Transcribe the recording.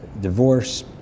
divorce